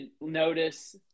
notice